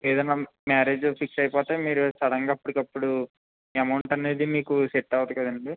ఏదైనా marriage fix అయిపోతే మీరు సడన్గా అప్పటికప్పుడు అమౌంట్ అనేది మీకు సెట్ అవ్వదు కదండి